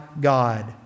God